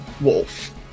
wolf